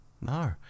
no